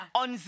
on